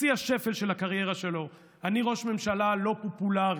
בשיא השפל של הקריירה שלו: אני ראש ממשלה לא פופולרי.